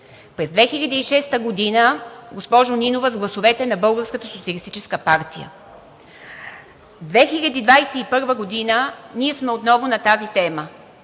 През 2006 г., госпожо Нинова, с гласовете на Българската социалистическа партия – 2021 г., ние сме отново на тези тема.